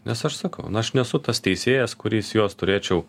nes aš sakau nu aš nesu tas teisėjas kuris jos turėčiau